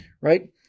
right